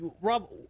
Rob